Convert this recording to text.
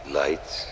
lights